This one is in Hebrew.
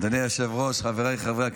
אדוני היושב-ראש, חבריי חברי הכנסת,